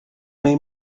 may